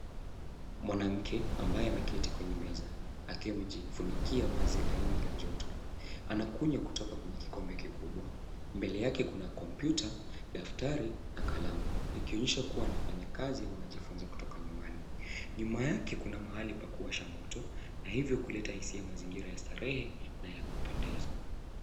Mwanamke ambaye ameketi kwenye meza akiwa amejifunikia vazi laini la joto. Anakunywa kutoka kwenye kikombe kikubwa. Mbele yake kuna kompyuta, daftari na kalamu ikionyesha kuwa anafanya kazi au anajifunza kutoka nyumbani. Nyuma yake kuna mahali pa kuwasha moto na hivyo kuleta hisia ya mazingira ya starehe na ya kupendeza.